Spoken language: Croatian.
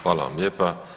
Hvala vam lijepa.